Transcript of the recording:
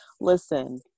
listen